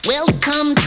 Welcome